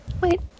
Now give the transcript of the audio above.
Wait